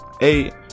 eight